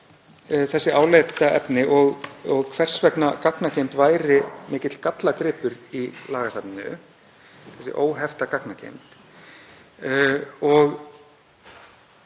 þessi álitaefni og hvers vegna gagnageymd væri mikill gallagripur í lagasafninu, þessi óhefta gagnageymd.